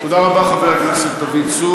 תודה רבה, חבר הכנסת דוד צור.